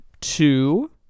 Two